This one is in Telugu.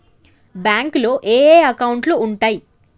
బ్యాంకులో ఏయే అకౌంట్లు ఉంటయ్?